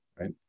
Right